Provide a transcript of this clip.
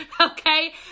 okay